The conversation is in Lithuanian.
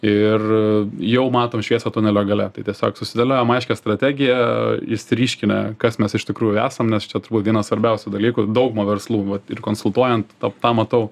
ir jau matom šviesą tunelio gale tai tiesiog susidėliojom aiškią strategiją išsiryškinę kas mes iš tikrųjų esam nes čia vienas svarbiausių dalykų daugumą verslų vat ir konsultuojant tą matau